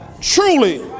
truly